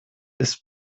ist